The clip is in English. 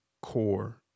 Core